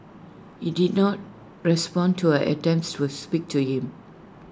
he did not respond to her attempts to speak to him